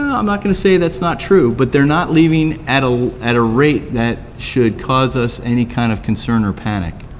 i'm not gonna say that's not true, but they're not leaving at ah at a rate that should cause us any kind of concern or panic,